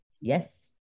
Yes